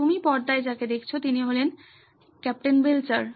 তুমি পর্দায় যাকে দেখছো তিনি হলেন কাপ্তান বেলচার